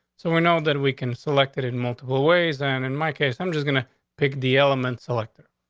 so we know that we can select it in multiple ways. and in my case, i'm just gonna pick the elements, elector,